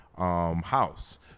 House